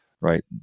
Right